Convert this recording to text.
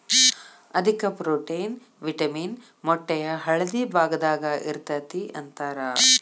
ಅಧಿಕ protein, vitamin ಮೊಟ್ಟೆಯ ಹಳದಿ ಭಾಗದಾಗ ಇರತತಿ ಅಂತಾರ